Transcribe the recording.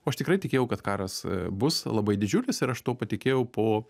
o aš tikrai tikėjau kad karas bus labai didžiulis ir aš tuo patikėjau po